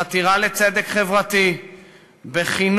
חתירה לצדק חברתי וחינוך